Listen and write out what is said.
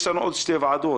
יש לנו עוד שתי ועדות,